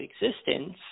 existence